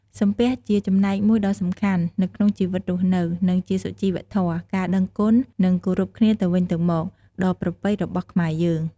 សំពះជាចំណែកមួយដ៏សំខាន់ នៅក្នុងជីវិតរស់នៅ និងជាសុជីវធម៌ ការដឹងគុណ និងគោរពគ្នាទៅវិញទៅមក ដ៏ប្រពៃរបស់ខ្មែរយើង។